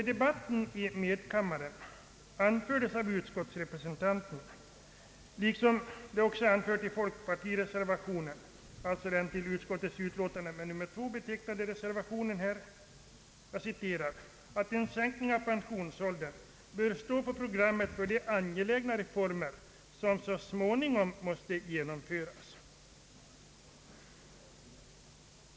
I debatten i medkammaren anfördes av utskottsrepresentanten, liksom det också anförts i folkpartireservationen, alltså i den i utskottsutlåtandet med nr 2 betecknade reservationen, »att en sänkning av pensionsåldern bör stå på programmet för de angelägna reformer, som så småningom måste genomföras».